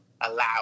allow